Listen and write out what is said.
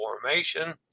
formation